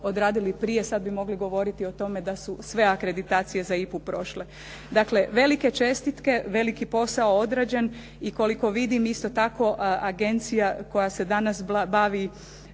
odradili prije sad bi mogli govoriti o tome da su sve akreditacije za IPA-u prošle. Dakle, velike čestitke, veliki posao odrađen i koliko vidim isto tako agencija koja se danas bavi